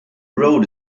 road